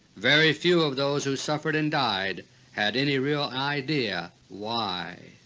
very few of those who suffered and died had any real idea why.